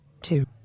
two